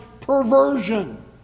perversion